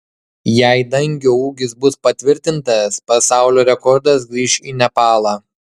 jei dangio ūgis bus patvirtintas pasaulio rekordas grįš į nepalą